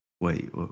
wait